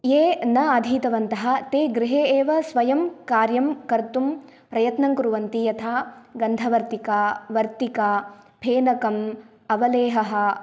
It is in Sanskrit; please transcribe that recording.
ये न अधीतवन्तः ते गृहे एव स्वयं कार्यं कर्तुं प्रयत्नं कुर्वन्ति यथा गन्धवर्तिका वर्तिका फेनकं अवलेहः